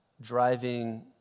driving